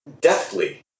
deftly